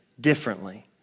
differently